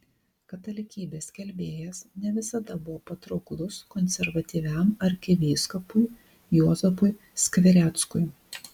katalikybės skelbėjas ne visada buvo patrauklus konservatyviam arkivyskupui juozapui skvireckui